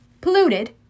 polluted